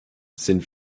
sind